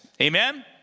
Amen